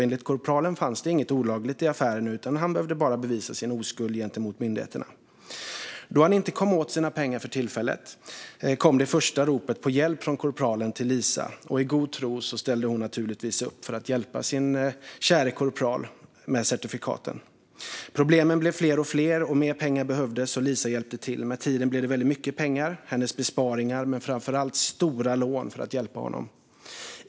Enligt korpralen fanns det inget olagligt i affären, utan han behövde bara bevisa sin oskuld gentemot myndigheterna. Då han inte kom åt sina pengar för tillfället kom det första ropet på hjälp från korpralen till Lisa. I god tro ställde hon naturligtvis upp för att hjälpa sin käre korpral med certifikaten. Problemen blev fler och fler, och mer pengar behövdes. Lisa hjälpte till. Med tiden blev det väldigt mycket pengar. Det var hennes besparingar men framför allt stora lån för att hjälpa honom.